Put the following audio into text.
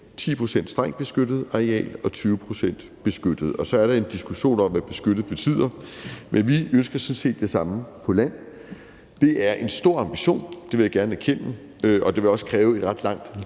pct. strengt beskyttet areal og 20 pct. beskyttet areal, og så er der en diskussion om, hvad »beskyttet« betyder. Men vi ønsker sådan set det samme på land. Det er en stor ambition, det vil jeg gerne erkende, og det vil også kræve et ret langt